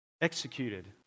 executed